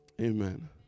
Amen